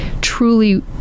truly